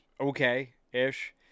okay-ish